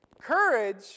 Courage